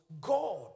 God